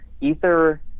Ether